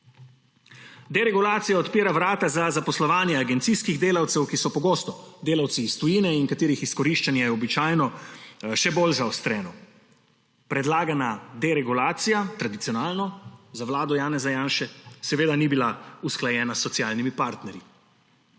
Deregulacija odpira vrata za zaposlovanje agencijskih delavcev, ki so pogosto delavci iz tujine in katerih izkoriščanje je običajno še bolj zaostreno. Predlagana deregulacija, kot je tradicionalno za vlado Janeza Janše, seveda ni bila usklajena s socialnimi partnerji.